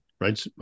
Right